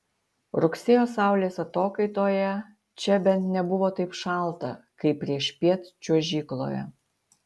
rugsėjo saulės atokaitoje čia bent nebuvo taip šalta kaip priešpiet čiuožykloje